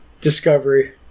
Discovery